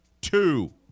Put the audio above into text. Two